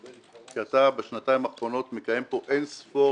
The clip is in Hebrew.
כי אתה בשנתיים האחרונות מקיים פה אין-ספור